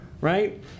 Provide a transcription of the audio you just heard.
Right